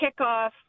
kickoff